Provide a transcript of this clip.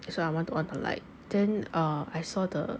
that's why I want to on the light then err I saw the